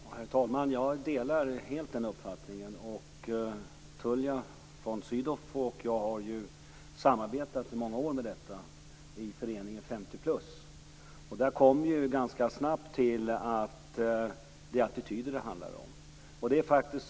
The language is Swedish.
Herr talman! Jag delar helt den uppfattningen. Tullia von Sydow och jag har samarbetat i många år med detta i föreningen 50 plus. Där kom vi ganska snabbt till att det handlar om attityder.